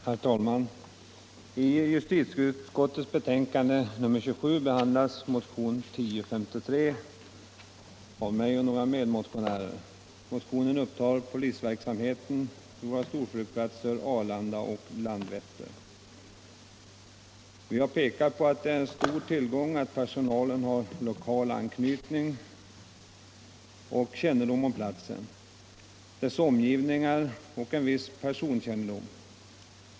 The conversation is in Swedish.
Herr talman! I justitieutskottets betänkande nr 27 behandlas motionen 1053 av mig och några medmotionärer. Motionen gäller polisverksamheten vid våra storflygplatser Arlanda och Landvetter. Vi har pekat på att det är en stor tillgång att personalen har lokal anknytning, kännedom om platsen och dess omgivningar samt en viss personkännedom.